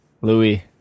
louis